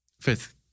Fifth